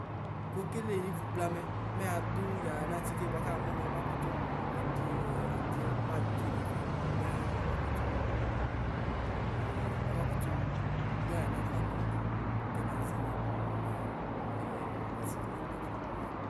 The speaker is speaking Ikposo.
Kɔkele ivu blamɛ mɛ adu yanu atike buakamu nu oma kutu wu adiadiɛ maduɩ nɛfɛ mɛ ɔmakatʋ ɔmakutu dɔyanava nu kɛmazinye mɛ atike wane lanafa.